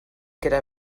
gyda